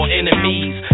enemies